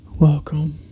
Welcome